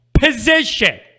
position